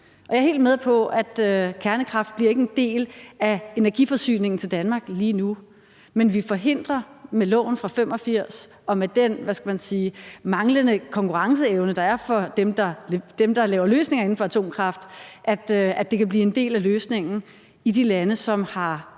jeg er helt med på, at kernekraften ikke bliver en del af energiforsyningen til Danmark lige nu, men vi forhindrer med loven fra 1985 og med den – hvad skal man sige – manglende konkurrenceevne, der er for dem, der laver løsninger inden for atomkraft, at det kan blive en del af løsningen i de lande, som har